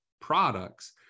products